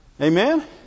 Amen